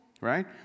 right